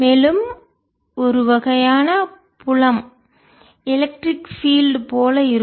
மேலும் ஒரு வகையான புலம் எலக்ட்ரிக் பீல்டு மின்சார புலம் போல இருக்கும்